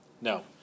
No